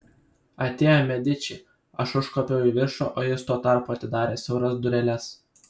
atėjo mediči aš užkopiau į viršų o jis tuo tarpu atidarė siauras dureles